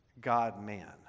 God-man